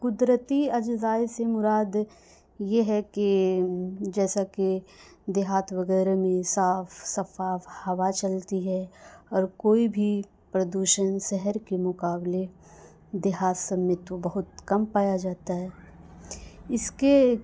قدرتی اجزا سے مراد یہ ہے کہ جیسا کہ دیہات وغیرہ میں صاف شفاف ہوا چلتی ہے اور کوئی بھی پردوشن شہر کے مقابلے دیہات سب میں تو بہت کم پایا جاتا ہے اس کے